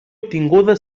obtinguda